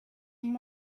and